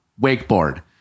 wakeboard